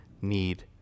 need